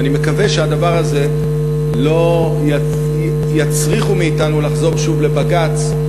ואני מקווה שהדבר הזה לא יצריך מאתנו לחזור שוב לבג"ץ,